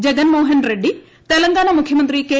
ജഗൻമോഹൻ റെഡ്ഡി തെലങ്കാന മുഖ്യമന്ത്രി കെ